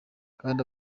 kandi